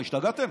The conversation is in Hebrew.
מה, השתגעתם?